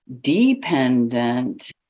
dependent